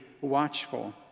watchful